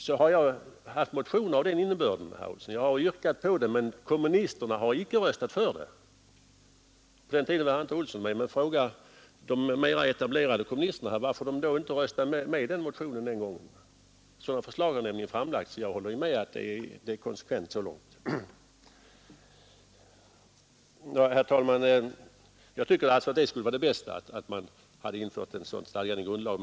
Jag har haft motioner av den innebörden; jag har yrkat att kollektivanslutningen skulle försvinna. Men kommunisterna har inte röstat för de motionerna. På den tiden var inte herr Olsson med i riksdagen, men fråga de mera etablerade kommunisterna varför de inte röstade för de motionerna. Sådana förslag har alltså framlagts, och jag håller med om att det skulle vara konsekvent att genomföra valfriheten också på kyrkans område. Jag tycker alltså att det bästa skulle vara om ett stadgande med förbud mot kollektivanslutning till politiskt parti infördes i grundlag.